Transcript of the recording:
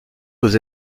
aux